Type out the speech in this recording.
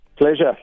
pleasure